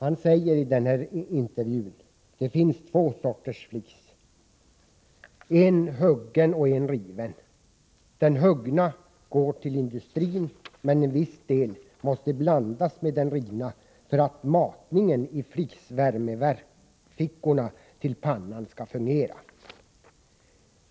Han säger: ”Det finns två sorters flis, en huggen och en riven. Den huggna går till industrin, men en viss del måste blandas med den rivna för att matningen i flisvärmefickorna till pannan ska fungera.